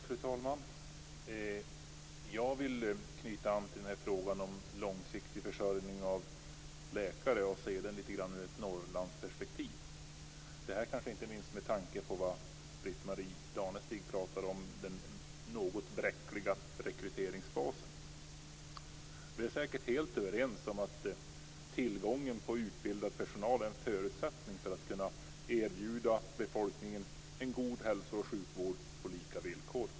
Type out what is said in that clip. Fru talman! Jag vill knyta an till frågan om långsiktig försörjning med läkare och se den lite grann ur ett Norrlandsperspektiv. Detta inte minst med tanke på det Britt-Marie Danestig säger om den något bräckliga rekryteringsbasen. Vi är säkert helt överens om att tillgången på utbildad personal är en förutsättning för att kunna erbjuda befolkningen en god hälso och sjukvård på lika villkor.